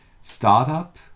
startup